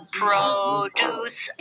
produce